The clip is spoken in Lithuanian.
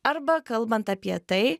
arba kalbant apie tai